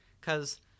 cause